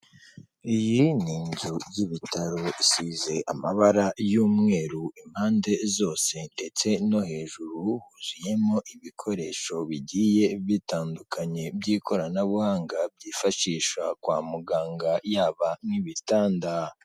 Iyi ni inzu y'ibitaro isize amabara y'umweru impande zose ndetse no hejuru, huzuyemo ibikoresho bigiye bitandukanye by'ikoranabuhanga byifashisha kwa muganga yaba n'ibitanda.